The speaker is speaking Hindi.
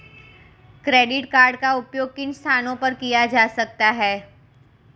क्रेडिट कार्ड का उपयोग किन स्थानों पर किया जा सकता है?